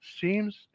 seems